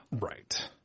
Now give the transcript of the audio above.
right